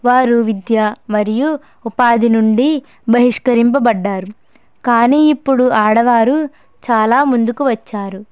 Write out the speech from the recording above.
వారు విద్య మరియు ఉపాధి నుండి బహిష్కరింపబడినారు కానీ ఇప్పుడు ఆడవారు చాలా ముందుకు వచ్చారు